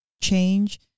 change